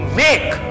make